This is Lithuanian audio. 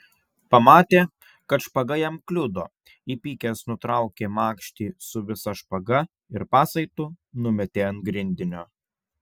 pamatė kad špaga jam kliudo įpykęs nutraukė makštį su visa špaga ir pasaitu numetė ant grindinio